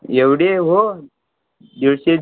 एवढे हो दीडशे